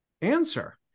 answer